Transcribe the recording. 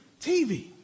TV